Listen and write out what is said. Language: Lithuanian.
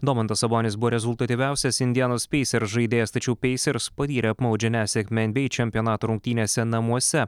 domantas sabonis buvo rezultatyviausias indianos peisers žaidėjas tačiau peisers patyrė apmaudžią nesėkmę en by ei čempionato rungtynėse namuose